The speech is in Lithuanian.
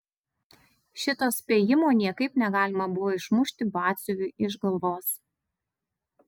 šito spėjimo niekaip negalima buvo išmušti batsiuviui iš galvos